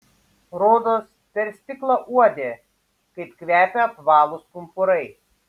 rodos per stiklą uodė kaip kvepia apvalūs pumpurai